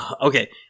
Okay